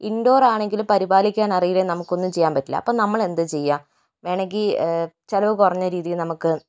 indoor ആണെങ്കിലും പരിപാലിക്കാൻ അറിയില്ലെങ്കിൽ നമുക്ക് ഒന്നും ചെയ്യാൻ പറ്റില്ല അപ്പോ നമ്മൾ എന്താ ചെയ്യുക വേണമെങ്കിൽ ചിലവ് കുറഞ്ഞ രീതിയിൽ നമുക്ക്